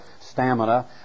stamina